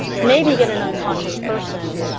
maybe get an unconscious person,